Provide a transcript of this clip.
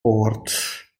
ort